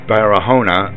Barahona